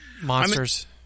Monsters